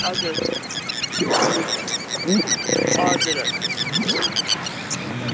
हजुर हुन्छ हजुर हजुर हुन्छ हुन्छ